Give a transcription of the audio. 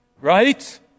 Right